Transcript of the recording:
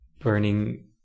burning